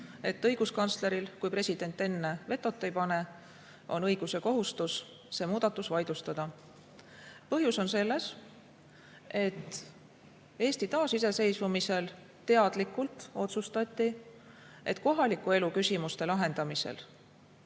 et õiguskantsleril, kui president enne vetot ei pane, on õigus ja kohustus see muudatus vaidlustada. Põhjus on selles, et Eesti taasiseseisvumisel teadlikult otsustati, et kohaliku elu küsimuste lahendamisel